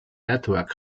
datuak